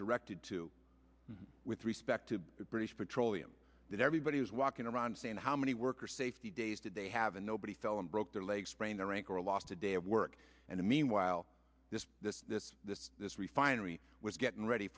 directed to with respect to british petroleum that everybody was walking around saying how many worker safety days did they have and nobody fell and broke their leg sprain their rank or lost a day of work and meanwhile this this this this this refinery was getting ready